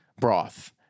broth